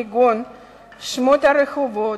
כגון שמות רחובות,